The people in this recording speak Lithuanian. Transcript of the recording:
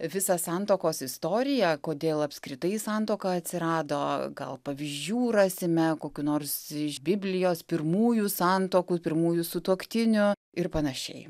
visą santuokos istoriją kodėl apskritai santuoka atsirado gal pavyzdžių rasime kokių nors iš biblijos pirmųjų santuokų pirmųjų sutuoktinių ir panašiai